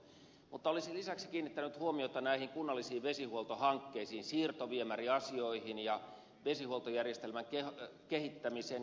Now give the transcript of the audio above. mutta olisin lisäksi kiinnittänyt huomiota näihin kunnallisiin vesihuoltohankkeisiin siirtoviemäriasioihin ja vesihuoltojärjestelmän kehittämiseen